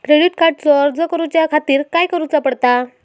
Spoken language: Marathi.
क्रेडिट कार्डचो अर्ज करुच्या खातीर काय करूचा पडता?